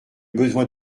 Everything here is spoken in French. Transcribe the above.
besoin